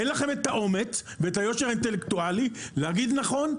אין לכם האומץ והיושר האינטלקטואלי להגיד: נכון,